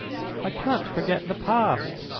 i can't forget the past.